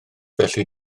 felly